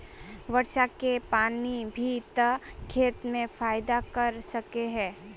वर्षा के पानी भी ते खेत में फायदा कर सके है?